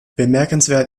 bemerkenswert